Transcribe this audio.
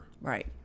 Right